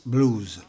Blues